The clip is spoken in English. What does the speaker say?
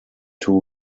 two